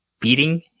beating